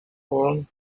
form